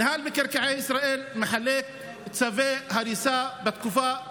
רשות מקרקעי ישראל מחלקת צווי הריסה בתקופה הזו,